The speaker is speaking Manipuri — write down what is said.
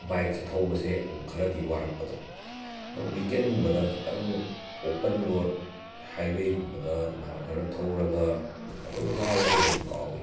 ꯕꯥꯏꯛꯁꯦ ꯊꯧꯕꯁꯦ ꯑꯗꯨꯝ ꯈꯔꯗꯤ ꯋꯥꯔꯛꯄꯗꯣ ꯋꯤꯀꯦꯟꯒꯨꯝꯕꯗ ꯈꯤꯇꯪ ꯑꯣꯄꯟ ꯔꯣꯠ ꯍꯥꯏꯋꯦꯒꯨꯝꯕꯗ ꯏꯝꯃꯥꯅꯕ ꯈꯔꯒ ꯊꯧꯔꯒ ꯋꯥꯕꯗꯣ ꯑꯗꯨꯝ ꯀꯥꯎꯋꯦ